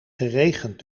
geregend